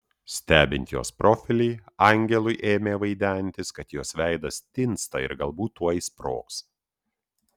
stebint jos profilį angelui ėmė vaidentis kad jos veidas tinsta ir galbūt tuoj sprogs